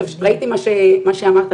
שמעתי מה שאמרת,